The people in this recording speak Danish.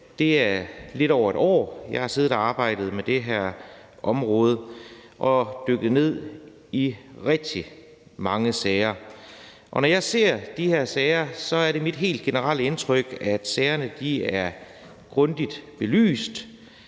Det er lidt over et år, jeg har siddet og arbejdet med det her område og er dykket ned i rigtig mange sager. Og når jeg ser de her sager, er det mit helt generelle indtryk, at sagerne er grundigt belyst.